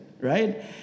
right